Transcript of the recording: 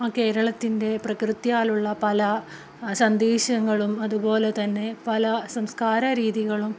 ആ കേരളത്തിൻ്റെ പ്രകൃതിയാലുള്ള പല സന്ദേശങ്ങളും അതുപോലെ തന്നെ പല സംസ്കാരരീതികളും